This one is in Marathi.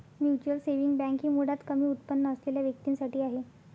म्युच्युअल सेव्हिंग बँक ही मुळात कमी उत्पन्न असलेल्या व्यक्तीं साठी आहे